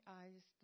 eyes